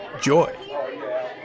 Joy